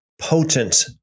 potent